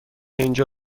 اینجا